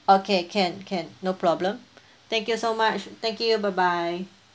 okay can can no problem thank you so much thank you bye bye